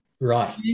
Right